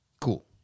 cool